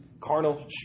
carnal